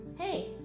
Hey